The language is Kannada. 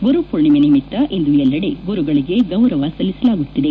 ಗುರು ಪೂರ್ಣೆಮೆ ನಿಮಿತ್ತ ಇಂದು ಎಲ್ಲೆಡೆ ಗುರುಗಳಿಗೆ ಗೌರವ ಸಲ್ಲಿಸಲಾಗುತ್ತಿದೆ